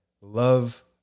love